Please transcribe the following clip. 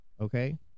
Okay